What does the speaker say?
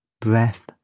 breath